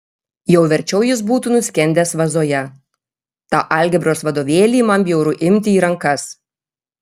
jau verčiau jis būtų nuskendęs vazoje tą algebros vadovėlį man bjauru imti į rankas